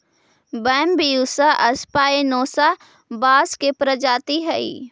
Bambusa spinosa बाँस के प्रजाति हइ